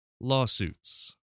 lawsuits